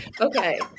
okay